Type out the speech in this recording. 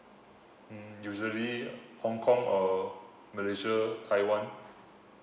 mm usually hongkong or malaysia taiwan